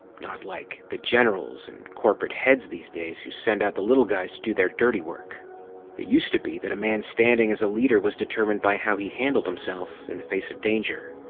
not like the generals and corporate heads these days who send out the little guys to do their dirty work. it used to be that a man's standing as a leader was determined by how he handled himself in the face of danger.